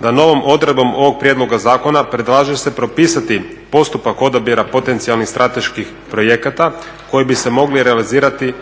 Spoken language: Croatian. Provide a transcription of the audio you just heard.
da novom odredbom ovog prijedloga zakona predlaže se propisati postupak odabira potencijalnih strateških projekata koji bi se mogli realizirati